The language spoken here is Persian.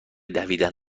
دویدن